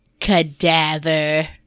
Cadaver